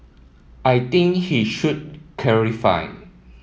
I think he should